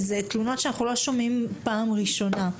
אלה תלונות שאנחנו שומעים לא בפעם הראשונה.